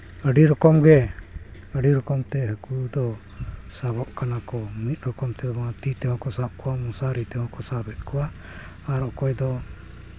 ᱟᱹᱰᱤ ᱨᱚᱠᱚᱢ ᱜᱮ ᱟᱹᱰᱤ ᱨᱚᱠᱚᱢᱛᱮ ᱦᱟᱹᱠᱩ ᱫᱚ ᱥᱟᱵᱚᱜ ᱠᱟᱱᱟ ᱠᱚ ᱢᱤᱫ ᱨᱚᱠᱚᱢᱛᱮ ᱛᱤ ᱛᱮᱦᱚᱸ ᱠᱚ ᱥᱟᱵ ᱠᱚᱣᱟ ᱢᱚᱥᱟᱨᱤ ᱛᱮᱦᱚᱸ ᱠᱚ ᱥᱟᱵᱮᱫ ᱠᱚᱣᱟ ᱟᱨ ᱚᱠᱚᱭ ᱫᱚ